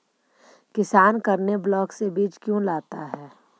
किसान करने ब्लाक से बीज क्यों लाता है?